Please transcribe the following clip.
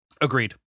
Agreed